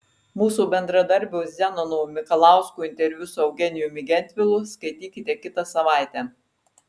mūsų bendradarbio zenono mikalausko interviu su eugenijumi gentvilu skaitykite kitą savaitę